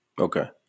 Okay